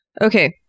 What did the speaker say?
Okay